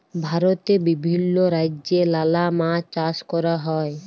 ভারতে বিভিল্য রাজ্যে লালা মাছ চাষ ক্যরা হ্যয়